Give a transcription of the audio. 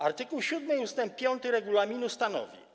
Art. 7 ust. 5 regulaminu stanowi: